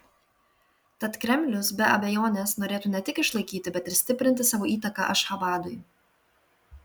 tad kremlius be abejonės norėtų ne tik išlaikyti bet ir stiprinti savo įtaką ašchabadui